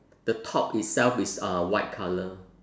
the top itself is uh white colour